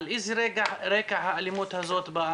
על איזה רקע האלימות הזאת באה.